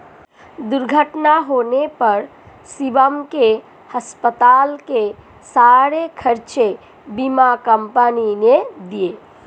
दुर्घटना होने पर शिवम के अस्पताल के सारे खर्चे बीमा कंपनी ने दिए